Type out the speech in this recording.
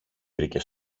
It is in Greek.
βρήκε